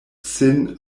sin